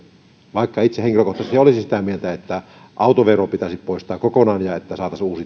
itse henkilökohtaisesti olisin sitä mieltä että autovero pitäisi poistaa kokonaan että